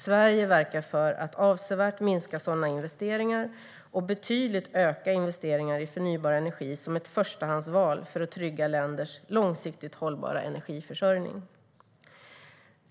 Sverige verkar för att avsevärt minska sådana investeringar och betydligt öka investeringar i förnybar energi som ett förstahandsval för att trygga länders långsiktigt hållbara energiförsörjning.